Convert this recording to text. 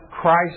Christ